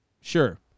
Sure